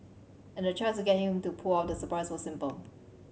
and the choice to get him to pull off the surprise was simple